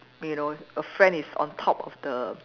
you know a friend is on top of the